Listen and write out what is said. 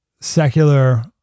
Secular